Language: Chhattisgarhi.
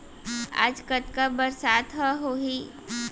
आज कतका बरसात ह होही?